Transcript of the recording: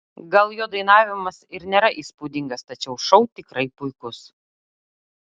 gal jo dainavimas ir nėra įspūdingas tačiau šou tikrai puikus